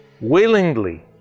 willingly